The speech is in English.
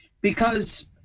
because-